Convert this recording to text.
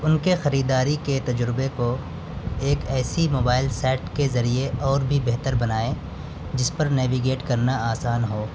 ان کے خریداری کے تجربے کو ایک ایسی موبائل سائٹ کے ذریعے اور بھی بہتر بنائیں جس پر نیویگیٹ کرنا آسان ہو